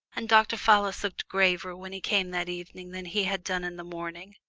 and dr. fallis looked graver when he came that evening than he had done in the morning.